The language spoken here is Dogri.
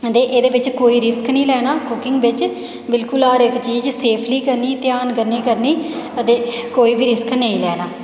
ते एहदे बिच कोई रिस्क नीं लैना कुकिंग बिच बिल्कुल हर एक चीज सेफली करनी ध्यान कन्नै करनी ते कोई बी रिस्क नेईं लैना